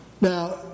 Now